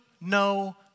no